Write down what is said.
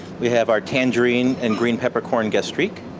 we have our tangerine and green peppercorn gastrique,